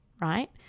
right